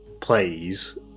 plays